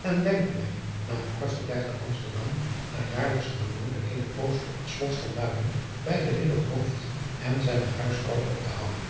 en denk mij na een kort verblijf te amsterdam naar jaarlijksche gewoonte eene poos op het slot van muiden bij den ridder hooft en zijne huisvrouw op te houden